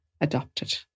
adopted